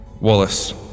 Wallace